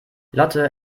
lotte